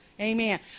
Amen